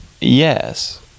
yes